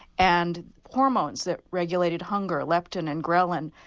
and hormones that regulated hunger, lepting and grhelin,